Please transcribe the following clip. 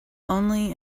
only